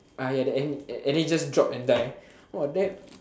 ah ya the end and and then just drop and die !wah! that